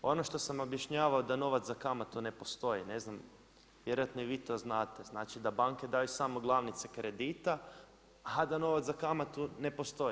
Ono što sam objašnjavao da novac za kamatu ne postoji, ne znam, vjerojatno i vi to znate znači da banke daju samo glavnice kredita a da novac za kamatu ne postoji.